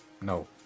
No